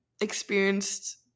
experienced